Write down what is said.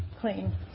clean